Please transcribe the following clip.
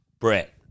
Brett